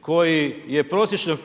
koji je prosječnog